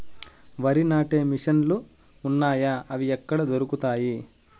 వరి నాటే మిషన్ ను లు వున్నాయా? అవి ఎక్కడ దొరుకుతాయి?